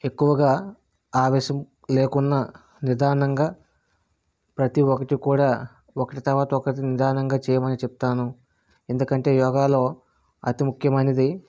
ఎక్కువగా ఆవేశం లేకున్నా నిదానంగా ప్రతి ఒకటి కూడా ఒకటి తర్వాత ఒకటి నిదానంగా చేయమని చెప్తాను ఎందుకంటే యోగాలో అతి ముఖ్యమైనది